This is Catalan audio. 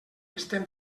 estem